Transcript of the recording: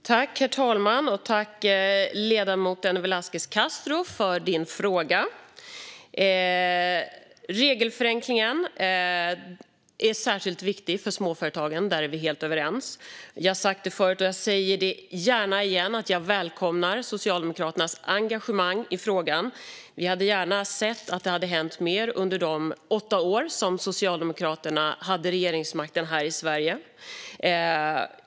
Herr talman! Jag tackar ledamoten Velasquez Castro för hans fråga. Regelförenkling är särskilt viktigt för småföretagen. Där är vi helt överens. Jag har sagt det förut, och jag säger det gärna igen: Jag välkomnar Socialdemokraternas engagemang i frågan. Vi hade gärna sett att det hade hänt mer under de åtta år som Socialdemokraterna hade regeringsmakten här i Sverige.